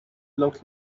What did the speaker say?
looked